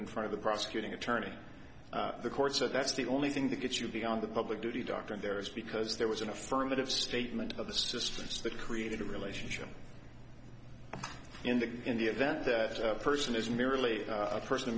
in front of the prosecuting attorney the court so that's the only thing that gets you beyond the public duty doctrine there is because there was an affirmative statement of the systems that created a relationship in the in the event that a person is merely a person